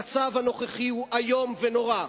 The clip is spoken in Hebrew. המצב הנוכחי הוא איום ונורא.